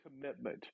commitment